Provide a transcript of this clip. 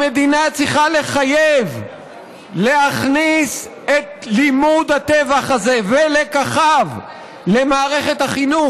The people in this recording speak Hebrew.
המדינה צריכה לחייב להכניס את לימוד הטבח הזה ולקחיו למערכת החינוך.